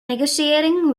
negotiating